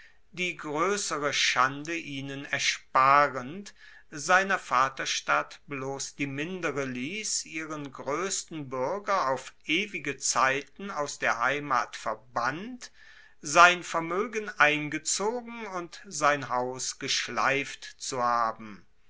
die groessere schande ihnen ersparend seiner vaterstadt bloss die mindere liess ihren groessten buerger auf ewige zeiten aus der heimat verbannt sein vermoegen eingezogen und sein haus geschleift zu haben